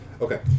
okay